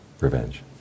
revenge